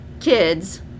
kids